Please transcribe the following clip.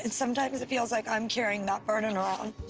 and sometimes it feels like i'm carrying that burden around.